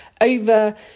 over